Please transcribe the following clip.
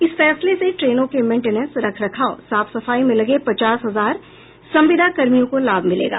इस फैसले से ट्रेनों के मेटेंनस रख रखाव साफ सफाई में लगे पचास हजार संविदा कर्मियों को लाभ मिलेगा